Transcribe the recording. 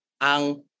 ang